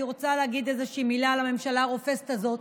אני רוצה גם להגיד איזושהי מילה על הממשלה הרופסת הזאת,